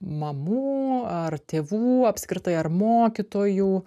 mamų ar tėvų apskritai ar mokytojų